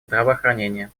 здравоохранения